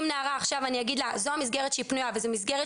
אם נערה עכשיו אני אגיד לה זאת המסגרת שהיא פנויה והיא מסגרת